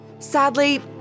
Sadly